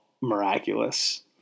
miraculous